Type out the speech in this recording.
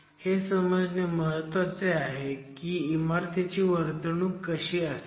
हे समजणे महत्वाचं आहे की इमारतची वर्तणूक कशी असेल